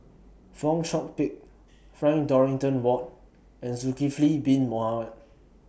Fong Chong Pik Frank Dorrington Ward and Zulkifli Bin Mohamed